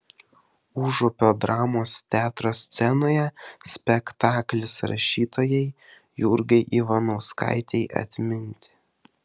užupio dramos teatro scenoje spektaklis rašytojai jurgai ivanauskaitei atminti